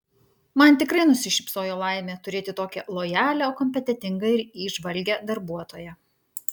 man tikrai nusišypsojo laimė turėti tokią lojalią kompetentingą ir įžvalgią darbuotoją